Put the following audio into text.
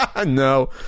No